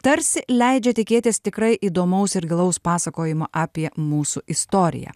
tarsi leidžia tikėtis tikrai įdomaus ir gilaus pasakojimo apie mūsų istoriją